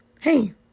Hey